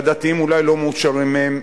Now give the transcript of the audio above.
והדתיים אולי לא מאושרים מהם,